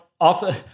often